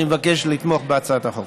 אני מבקש לתמוך בהצעת החוק.